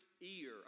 ear